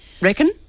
Reckon